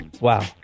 wow